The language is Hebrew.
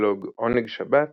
בבלוג "עונג שבת",